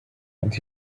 and